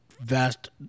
vast